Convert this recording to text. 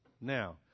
Now